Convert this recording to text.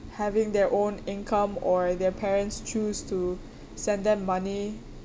having their own income or their parents choose to send them money